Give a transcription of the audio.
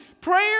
prayer